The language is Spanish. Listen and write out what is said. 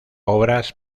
obras